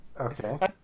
Okay